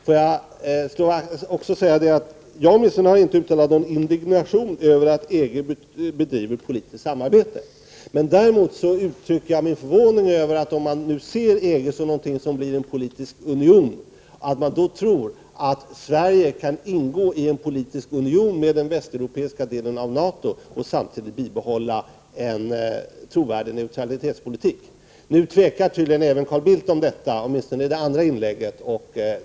Får jag också säga att jag åtminstone inte har uttalat någon indignation över att EG bedriver politiskt samarbete. Däremot uttryckte jag min förvåning över att någon som ser EG som något som kan bli en politisk union kan tro att Sverige kan ingå i en politisk union med den västeuropeiska delen av NATO och samtidigt bibehålla en trovärdig neutralitetspolitik. Nu tvekar tydligen Carl Bildt om detta — åtminstone i sitt andra inlägg.